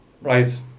Right